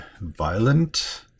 violent